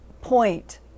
point